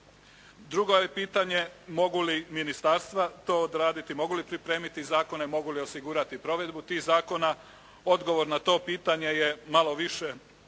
Drugo je pitanje, mogu li ministarstva to odraditi? Mogu li pripremiti zakone? Mogu li osigurati provedbu tih zakona? Odgovor na to pitanje je malo više uvjetan